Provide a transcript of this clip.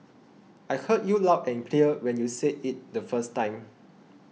I heard you loud and clear when you said it the first time